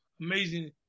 amazing